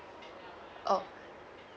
oh